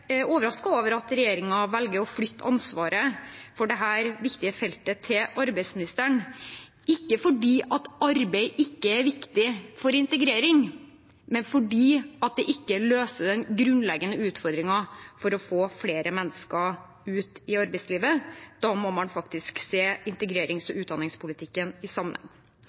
over at regjeringen velger å flytte ansvaret for dette viktige feltet til arbeidsministeren – ikke fordi arbeid ikke er viktig for integrering, men fordi det ikke løser den grunnleggende utfordringen med å få flere mennesker ut i arbeidslivet. Da må man faktisk se integrerings- og utdanningspolitikken i sammenheng.